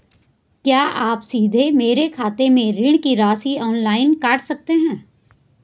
क्या आप सीधे मेरे खाते से ऋण की राशि ऑनलाइन काट सकते हैं?